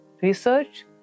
research